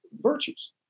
virtues